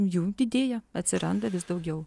jų didėja atsiranda vis daugiau